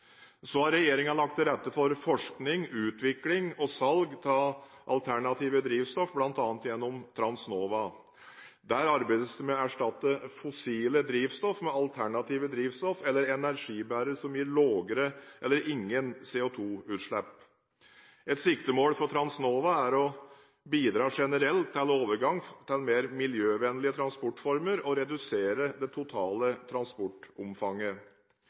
lagt til rette for forskning, utvikling og salg av alternative drivstoff bl.a. gjennom Transnova. Der arbeides det med å erstatte fossile drivstoff med alternative drivstoff eller energibærere som gir lavere eller ingen CO2-utslipp. Et siktemål for Transnova er å bidra generelt til overgang til mer miljøvennlige transportformer og redusere det totale transportomfanget.